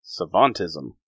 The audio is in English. Savantism